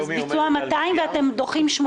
אז הביצוע הוא 200 ואתם דוחים 800?